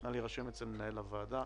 נא להירשם אצל מנהל הוועדה.